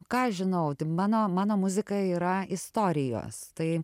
ką aš žinau tai mano mano muzika yra istorijos tai